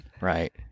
right